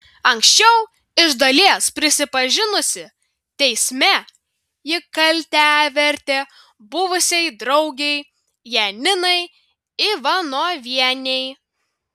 anksčiau iš dalies prisipažinusi teisme ji kaltę vertė buvusiai draugei janinai ivanovienei